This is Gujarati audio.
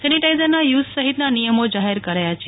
સેનીટાઈઝરના યુઝ સહિતના નિયમો જાહેર કરાયા છે